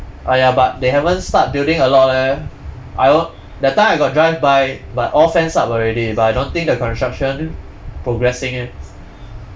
ah ya but they haven't start building a lot leh I that time I got drive by but all fenced up already but I don't think the construction progressing eh